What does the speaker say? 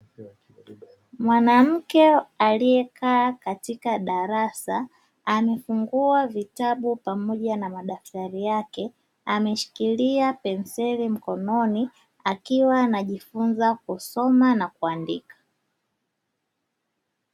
Mwanamke aliyekaa katika darasa, amefungua vitabu pamoja na madaftari yake, ameshikilia penseli mkononi, akiwa anajifunza kusoma na kuandika.